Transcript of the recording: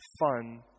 fun